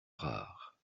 rares